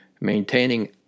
maintaining